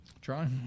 Try